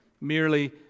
merely